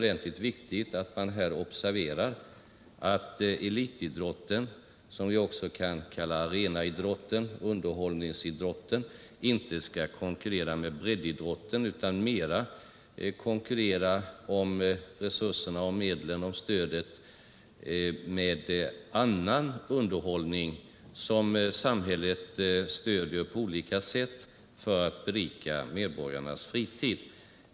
Elitidrotten — som vi också kan kalla arenaidrotten, underhållningsidrotten — skall inte konkurrera om medlen med breddidrotten utan med annan underhållning som samhället på olika sätt stöder för att berika medborgarnas fritid.